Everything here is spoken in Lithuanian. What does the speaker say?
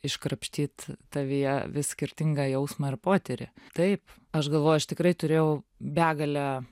iškrapštyt tavyje vis skirtingą jausmą ir potyrį taip aš galvojau aš tikrai turiu begalę